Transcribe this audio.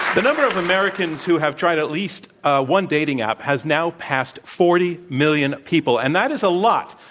the number of americans who have tried at least one dating app has now passed forty million people. and that is a lot,